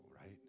right